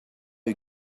you